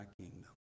kingdom